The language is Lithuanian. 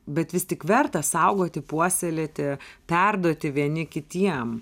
bet vis tik verta saugoti puoselėti perduoti vieni kitiem